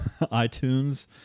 iTunes